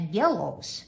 yellows